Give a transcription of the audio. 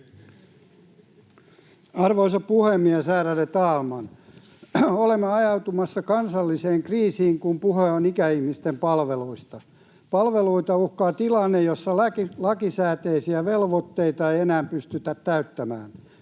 Arvoisa puhemies, ärade talman! Olemme ajautumassa kansalliseen kriisiin, kun puhe on ikäihmisten palveluista. Palveluita uhkaa tilanne, jossa lakisääteisiä velvoitteita ei enää pystytä täyttämään.